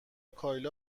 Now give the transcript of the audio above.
کایلا